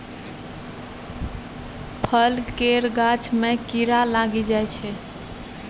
फल केर गाछ मे कीड़ा लागि जाइ छै